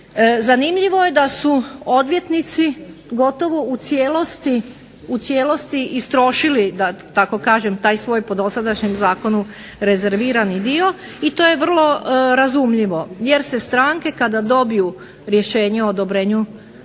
Zanimljivo je da su odvjetnici gotovo u cijelosti istrošili da tako kažem taj svoj po dosadašnjem zakonu rezervirani dio, i to je vrlo razumljivo, jer se stranke kada dobiju rješenje o odobrenju prava na